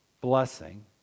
blessing